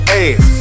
ass